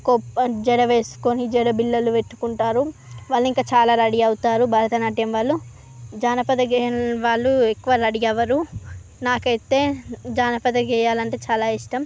కొబ్బ జడ వేసుకొని జడ బిళ్ళలు పెట్టుకుంటారు వాళ్ళు ఇంకా చాలా రెడీ అవుతారు భరత నాట్యం వాళ్ళు జానపద గేయాలు వాళ్లు ఎక్కువ రెడీ అవ్వరు నాకైతే జానపద గేయాలు అంటే చాలా ఇష్టం